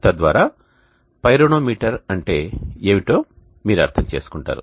తద్వారా పైరోనోమీటర్ అంటే ఏమిటో మీరు అర్థం చేసుకుంటారు